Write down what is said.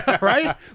right